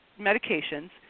medications